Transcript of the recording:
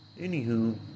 anywho